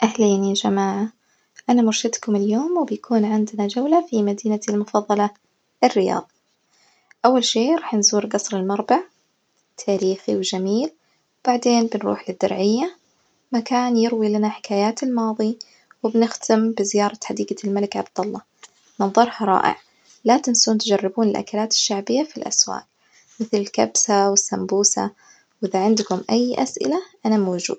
أهلين يا جماعة، نا مرشدتكم اليوم وبيكون عندنا جولة في مدينتي المفظلة الرياض، أول شي راح نزور جصر المربع تاريخي وجميل، بعدين بنروح للدرعية مكان يروي لنا حكايات الماضي، وبنختم بزيارة حديقة الملك عبدالله منظرها رائع، لا تنسون تجربون الأكلات الشعبية في الأسواق مثل الكبسة و السمبوة وإذا عندكم أي أسئلة أنا موجودة.